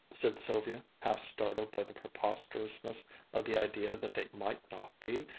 said sylvia, half startled by the preposterousness of the idea that they might not be.